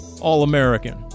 All-American